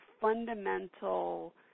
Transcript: fundamental